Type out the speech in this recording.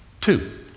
two